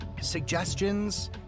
suggestions